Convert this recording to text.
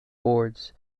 boards